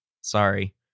sorry